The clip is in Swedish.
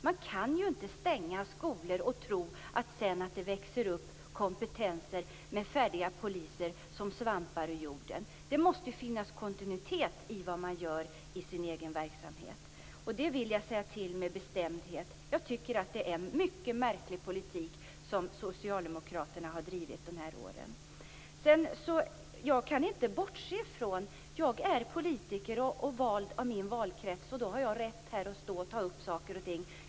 Man kan inte stänga skolor och sedan tro att det växer upp kompetens hos färdiga poliser som svampar ur jorden. Det måste finnas kontinuitet i den egna verksamheten. Jag vill bestämt säga att det är en mycket märklig politik som socialdemokraterna har bedrivit under dessa år. Jag kan inte bortse från att jag är politiker vald i min valkrets. Då har jag rätt att ta upp frågor här.